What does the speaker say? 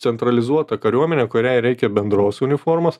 centralizuota kariuomenė kuriai reikia bendros uniformos